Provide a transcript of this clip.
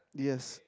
yes